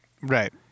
right